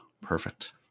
Perfect